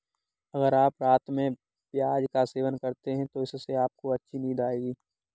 अगर आप रात में प्याज का सेवन करते हैं तो इससे आपको अच्छी नींद आएगी